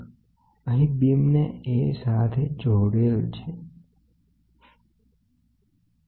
તો અહીં બીમને A સાથે જોડેલ છે આ એક નિશ્ચિત અંત છે